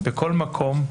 בכל מקום?